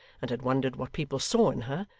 and had wondered what people saw in her,